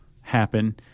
happen